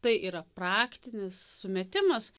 tai yra praktinis sumetimas